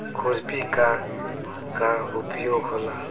खुरपी का का उपयोग होला?